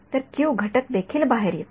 तर क्यू घटक देखील बाहेर येतो